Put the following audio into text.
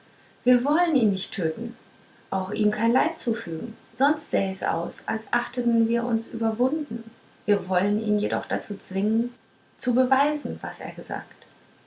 wir wollen ihn nicht töten auch ihm kein leid zufügen sonst sähe es aus als achteten wir uns überwunden wir wollen ihn jedoch dazu zwingen zu beweisen was er gesagt